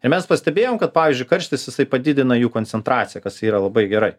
ir mes pastebėjom kad pavyzdžiui karštis jisai padidina jų koncentraciją kas yra labai gerai